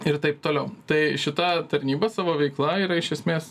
ir taip toliau tai šita tarnyba savo veikla yra iš esmės